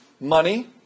money